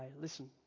Listen